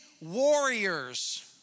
warriors